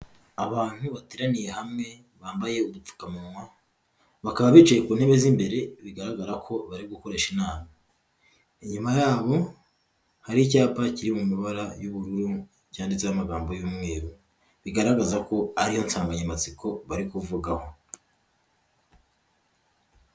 Abantu bateraniye hamwe bambaye udupfumunwa bakaba bicaye ku ntebe z'imbere bigaragara ko bari gukoresha inama, inyuma yabo hari icyapa kiri mu mabara y'ubururu cyanditseho amagambo y'umweru bigaragaza ko ariyo nsanganyamatsiko bari kuvugaho.